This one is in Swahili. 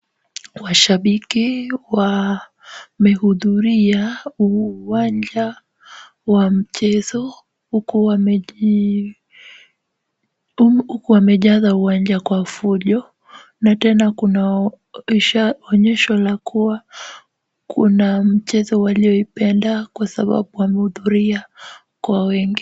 Washabiki wamehudhuria uwanja wa mchezo uku wamejaza uwanja Kwa fujo na tena kuna onyesho la kuwa kuna mchezo walioipenda Kwa sababu wamehudhuria kwa wingi.